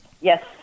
Yes